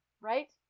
right